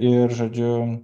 ir žodžiu